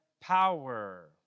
power